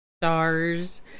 stars